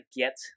get